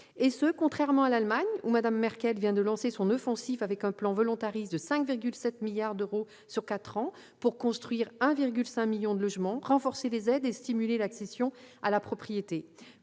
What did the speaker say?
ce sens, contrairement à l'Allemagne, où Mme Merkel vient de lancer son offensive avec un plan volontariste de 5,7 milliards d'euros sur quatre ans pour construire 1,5 million de logements, renforcer les aides et stimuler l'accession à la propriété,